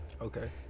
Okay